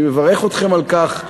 אני מברך אתכם על כך.